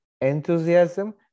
enthusiasm